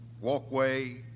walkway